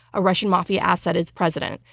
a russian mafia asset is president.